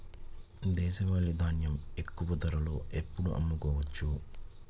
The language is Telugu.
దేశవాలి ధాన్యం ఎక్కువ ధరలో ఎప్పుడు అమ్ముకోవచ్చు?